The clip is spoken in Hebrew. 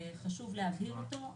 חשוב להבהיר אותו,